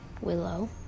willow